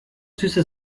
süße